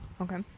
Okay